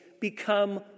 become